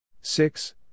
six